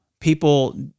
people